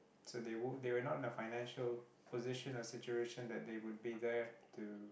so they would they are not in the financial position or situation that they would be there to